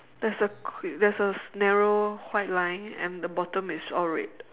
there's a quick there's a narrow white line and the bottom is all red